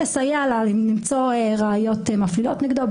לסייע לה למצוא ראיות מפלילות נגדו.